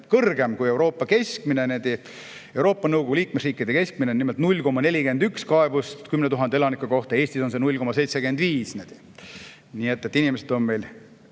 kõrgem kui Euroopa keskmine. Euroopa Nõukogu liikmesriikide keskmine on nimelt 0,41 kaebust 10 000 elaniku kohta, Eestis on see 0,75. Nii et inimesed on meil